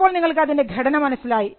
ഇപ്പോൾ നിങ്ങൾക്ക് അതിൻറെ ഘടന മനസ്സിലായി